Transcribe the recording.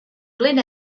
glyn